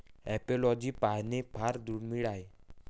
apiology पाहणे फार दुर्मिळ आहे